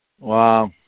Wow